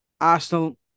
Arsenal